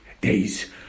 days